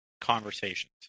conversations